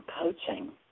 coaching